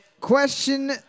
Question